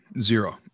Zero